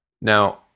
Now